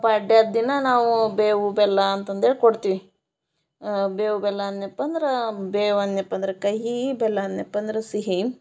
ಪಾಡ್ಯಾದ ದಿನ ನಾವು ಬೇವು ಬೆಲ್ಲ ಅಂತಂದು ಹೇಳ್ ಕೊಡ್ತೀವಿ ಬೇವು ಬೆಲ್ಲ ಅಂದನಪ್ಪ ಅಂದ್ರೆ ಬೇವು ಅಂದ್ನ್ಯಪ್ಪ ಅಂದ್ರೆ ಕಹಿ ಬೆಲ್ಲ ಅಂದ್ನ್ಯಪ್ಪ ಅಂದ್ರೆ ಸಿಹಿ